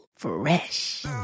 Fresh